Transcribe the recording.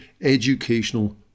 educational